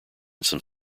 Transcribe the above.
some